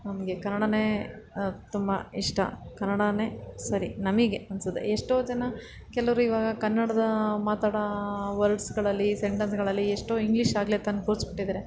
ನಮಗೆ ಕನ್ನಡವೇ ತುಂಬ ಇಷ್ಟ ಕನ್ನಡವೇ ಸರಿ ನಮಗೆ ಅನ್ನಿಸೋದು ಎಷ್ಟೋ ಜನ ಕೆಲವರು ಇವಾಗ ಕನ್ನಡದ ಮಾತಾಡೋ ವರ್ಡ್ಸ್ಗಳಲ್ಲಿ ಸೆಂಟೆನ್ಸ್ಗಳಲ್ಲಿ ಎಷ್ಟೋ ಇಂಗ್ಲಿಷ್ ಆಗಲೇ ತಂದು ಕೂರಿಸ್ಬಿಟ್ಟಿದ್ದಾರೆ